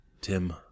Tim